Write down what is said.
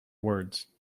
words